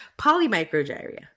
polymicrogyria